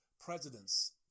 presidents